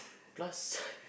plus